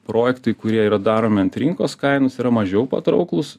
projektai kurie yra daromi ant rinkos kainos yra mažiau patrauklūs